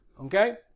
Okay